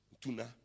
tuna